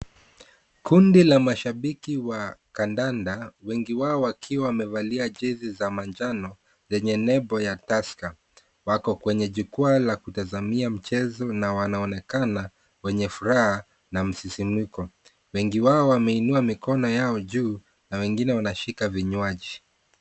Kundi la mashabiki wa kandanda wengi wao wakiwa wamevalia jezi za manjano zenye nembo ya Tusker, wako kwenye jukwaa la kutazamia mchezo na wanaonekana wenye furaha na msisimko. Wengi wao wameinua mikono yao juu na wengine wanashika vinywaji.